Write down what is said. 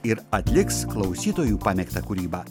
ir atliks klausytojų pamėgtą kūrybą